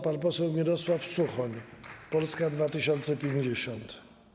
Pan poseł Mirosław Suchoń, Polska 2050.